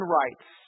rights